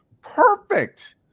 Perfect